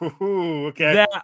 Okay